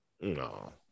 No